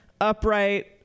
upright